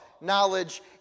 knowledge